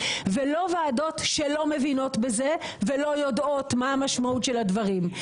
ולא ועדות שלא מבינות בזה ולא יודעות מה המשמעות של הדברים.